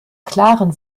klaren